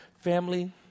Family